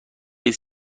خبری